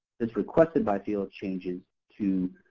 this requested by field changes to,